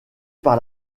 par